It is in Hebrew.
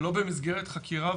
שלא במסגרת חקירה.